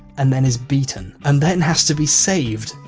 and then is beaten and then has to be saved.